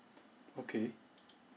okay